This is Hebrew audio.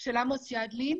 של עמוס ידלין